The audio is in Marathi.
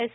एस